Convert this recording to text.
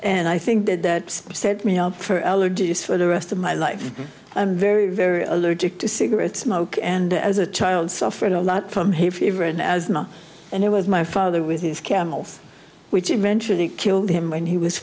and i think that set me up for allergies for the rest of my life i'm very very allergic to cigarette smoke and as a child suffered a lot from hay fever and asthma and it was my father with his camels which eventually killed him when he was